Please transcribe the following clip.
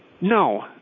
No